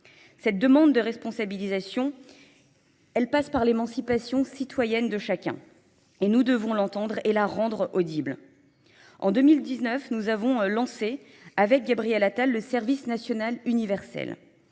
Cette demande de responsabilisation, elle passe par l'émancipation citoyenne de chacun. Et nous devons l'entendre et la rendre audible. En 2019, nous avons lancé, avec Gabriel Attal, le service national universel.